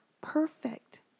Perfect